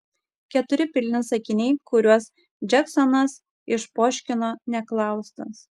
keturi pilni sakiniai kuriuos džeksonas išpoškino neklaustas